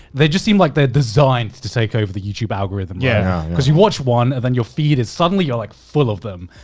they just seem like they're designed to take over the youtube algorithm. yeah cause you watch one and then your feed is suddenly all like full of them.